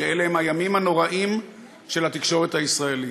שאלה הם הימים הנוראים של התקשורת הישראלית.